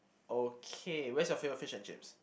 okay where is your favourite fish and chips